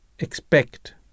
Expect